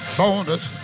bonus